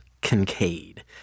Kincaid